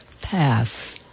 pass